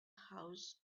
house